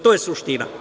To je suština.